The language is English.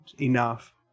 enough